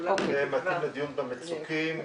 זה מתאים לדיון על המצוקים.